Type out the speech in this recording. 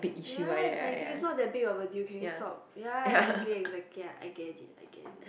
ya is like dude is not that big of the deal can you stop ya exactly exactly I get it I get it